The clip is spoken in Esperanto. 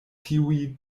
tiuj